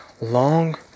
long